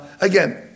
again